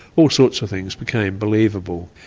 all sorts of things became believable.